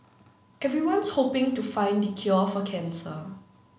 everyone's hoping to find the cure for cancer